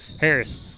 Harris